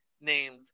named